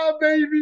baby